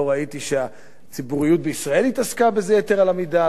לא ראיתי שהציבוריות בישראל התעסקה בזה יתר על המידה,